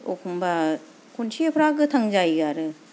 एखनबा खनसेफ्रा गोथां जायो आरो